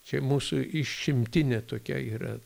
čia mūsų išimtinė tokia yra